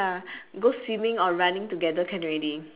go swimming or running together can already